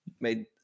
made